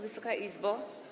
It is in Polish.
Wysoka Izbo!